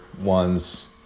ones